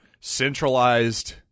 centralized